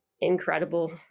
incredible